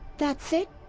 that's it,